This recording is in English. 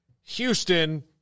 Houston